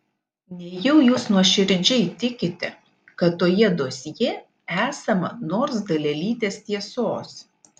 nejau jūs nuoširdžiai tikite kad toje dosjė esama nors dalelytės tiesos